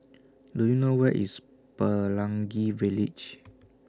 Do YOU know Where IS Pelangi Village